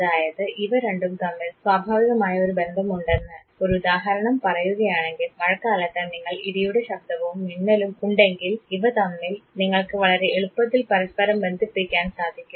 അതായത് ഇവ രണ്ടും തമ്മിൽ സ്വാഭാവികമായ ഒരു ബന്ധമുണ്ടെന്ന് ഒരു ഉദാഹരണം പറയുകയാണെങ്കിൽ മഴക്കാലത്ത് നിങ്ങൾക്ക് ഇടിയുടെ ശബ്ദവും മിന്നലും ഉണ്ടെങ്കിൽ ഇവ തമ്മിൽ നിങ്ങൾക്ക് വളരെ എളുപ്പത്തിൽ പരസ്പരം ബന്ധിപ്പിക്കാൻ സാധിക്കും